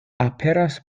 aperas